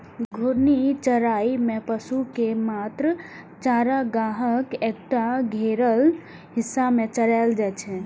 घूर्णी चराइ मे पशु कें मात्र चारागाहक एकटा घेरल हिस्सा मे चराएल जाइ छै